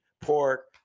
pork